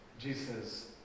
Jesus